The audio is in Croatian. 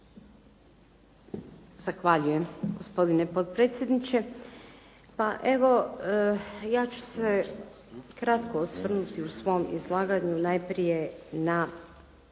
Zahvaljujem. Gospodine potpredsjedniče. Pa evo, ja ću se kratko osvrnuti u svom izlaganju najprije na